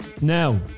Now